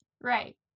right